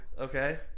okay